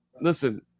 listen